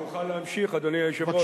האוכל להמשיך, אדוני היושב-ראש?